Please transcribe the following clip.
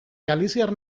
galiziar